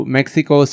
Mexico